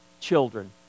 children